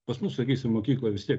pas mus sakysim mokykloj vis tiek